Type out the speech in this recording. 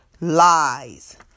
Lies